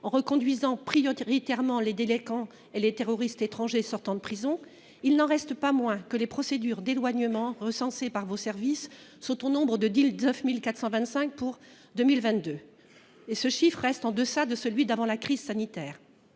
en reconduisant prioritairement les délinquants et les terroristes étrangers sortant de prison, il n'en reste pas moins que les procédures d'éloignement, recensées par vos services, sont au nombre de 19 425 pour l'année 2022. Et ce chiffre reste en deçà de celui d'avant la crise sanitaire